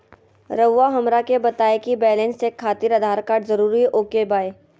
रउआ हमरा के बताए कि बैलेंस चेक खातिर आधार कार्ड जरूर ओके बाय?